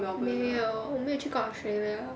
没有我没有去过 australia